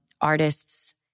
artists